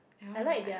your one is like